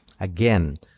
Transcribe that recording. again